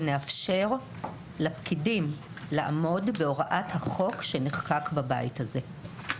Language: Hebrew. מה שיאפשר לפקידים לעמוד בהוראת החוק שנחקק בבית הזה.